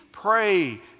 pray